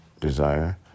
desire